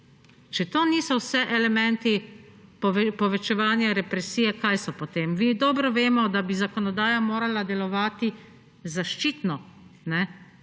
Če to niso vse elementi povečevanja represije – kaj so potem? Dobro vemo, da bi zakonodaja morala delovati zaščitno,